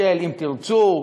של "אם תרצו",